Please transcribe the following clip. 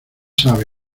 sabe